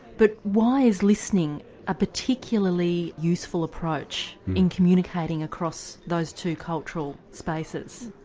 but why is listening a particularly useful approach in communicating across those two cultural spaces?